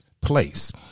place